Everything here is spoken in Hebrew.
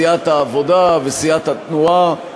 סיעת העבודה וסיעת התנועה.